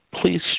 please